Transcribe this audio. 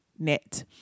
Net